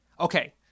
Okay